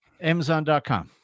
amazon.com